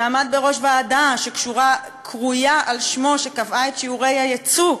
שעמד בראש ועדה שקרויה על שמו שקבעה את שיעורי היצוא,